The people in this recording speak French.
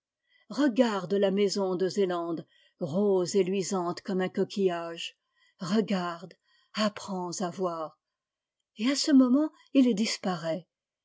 regarde la maison de zélande rose et luisante comme un coquillage regarde apprends à voir et à ce moment il disparaît